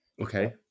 Okay